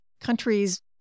countries